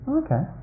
okay